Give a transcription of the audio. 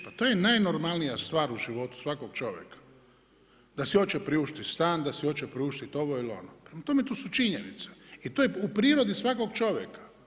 Pa to je najnormalnija stvar u životu svakog čovjeka, da si hoće priuštiti stan, da si hoće priuštiti ovo ili ono prema tome to su činjenice i to je u prirodi svakog čovjeka.